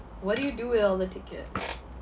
what did you do with all the ticket